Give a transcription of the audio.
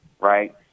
right